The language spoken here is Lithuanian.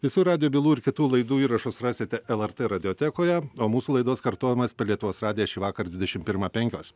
visų radijo bylų ir kitų laidų įrašus rasite lrt radiotekoje o mūsų laidos kartojimas per lietuvos radiją šįvakar dvidešim pirmą penkios